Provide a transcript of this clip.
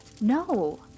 No